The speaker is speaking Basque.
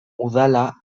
udala